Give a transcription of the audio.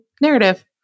narrative